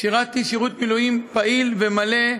שירתי שירות מילואים פעיל ומלא,